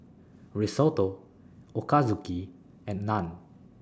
Risotto Ochazuke and Naan